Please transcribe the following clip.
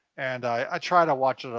and i try to watch,